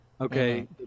Okay